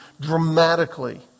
dramatically